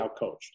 outcoached